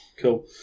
Cool